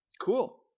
cool